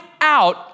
out